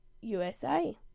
USA